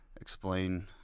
explain